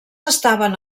estaven